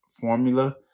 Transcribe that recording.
formula